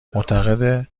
معتقده